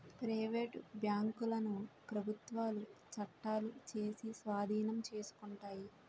private బ్యాంకులను ప్రభుత్వాలు చట్టాలు చేసి స్వాధీనం చేసుకుంటాయి